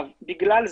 עכשיו, בגלל זה,